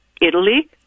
Italy